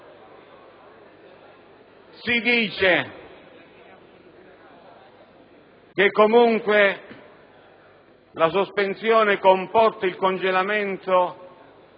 Si dice che comunque la sospensione comporta il congelamento